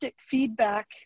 feedback